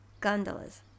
gondolas